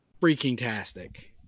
Freaking-tastic